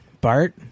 bart